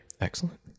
Excellent